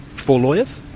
for lawyers?